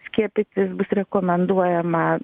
skiepytis bus rekomenduojama